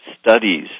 studies